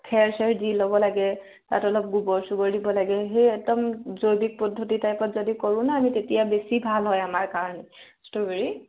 খেৰ চেৰ দি ল'ব লাগে তাত অলপ গোবৰ চোবৰ দিব লাগে সেই একদম জৈৱিক পদ্ধতি টাইপত যদি কৰোঁ নহয় আমি তেতিয়া বেছি ভাল হয় আমাৰ কাৰণে ষ্ট্ৰবেৰী